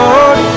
Lord